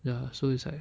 ya so it's like